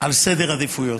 על סדר עדיפויות.